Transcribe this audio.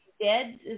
dead